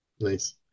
nice